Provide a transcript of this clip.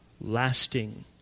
lasting